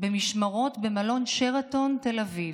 במשמרות במלון שרתון תל אביב,